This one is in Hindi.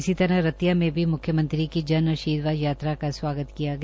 इसी तरह रतिया में भी मुख्यमंत्री की जन आर्शीवाद यात्रा का स्वागत किया गया